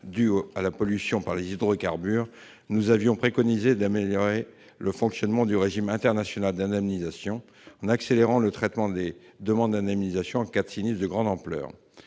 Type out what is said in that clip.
dus à la pollution par les hydrocarbures, nous avions préconisé d'améliorer le fonctionnement du régime international d'indemnisation, en accélérant le traitement des demandes d'indemnisation en cas de sinistre de grande ampleur.